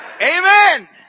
Amen